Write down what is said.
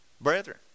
brethren